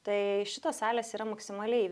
tai šitos salės yra maksimaliai